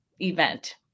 event